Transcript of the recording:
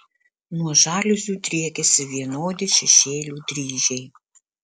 nuo žaliuzių driekiasi vienodi šešėlių dryžiai